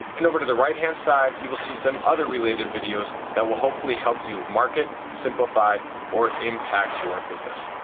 and over to the right hand side you will see some other related videos that will hopefully help you market, simplify or impact your business.